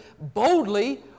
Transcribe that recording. boldly